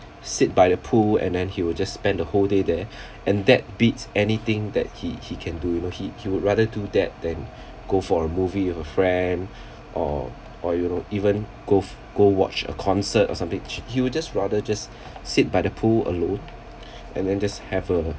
sit by the pool and then he will just spend the whole day there and that beats anything that he he can do you know he he would rather do that than go for a movie with a friend or or you know even go go watch a concert or something he he'll just rather just sit by the pool alone and then just have a